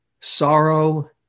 sorrow